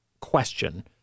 question